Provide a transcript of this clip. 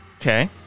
Okay